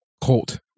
cult